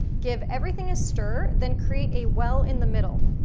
give everything a stir, then create a well in the middle.